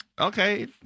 Okay